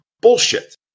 Bullshit